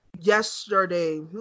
yesterday